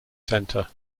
centre